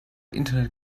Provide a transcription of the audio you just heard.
internet